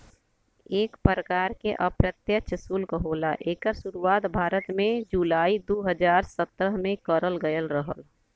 एक परकार के अप्रत्यछ सुल्क होला एकर सुरुवात भारत में जुलाई दू हज़ार सत्रह में करल गयल रहल